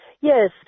Yes